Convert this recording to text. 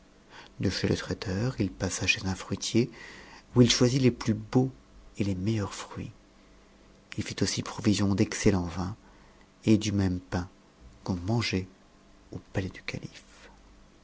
de chez le traiteur il passa chez un fmitier où il choisit les plus beaux et les meilleurs fruits il fit aussi provision d'excellent vin et du même pain qu'on mangeait au palais du calife